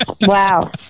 Wow